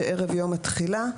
שערב יום התחילה,